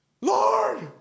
Lord